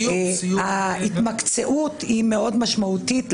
ההתמקצעות מאוד משמעותית,